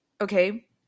Okay